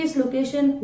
location